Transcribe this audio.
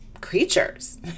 creatures